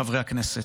חברי הכנסת.